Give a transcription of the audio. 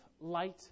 light